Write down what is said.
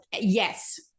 yes